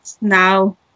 now